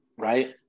right